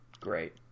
great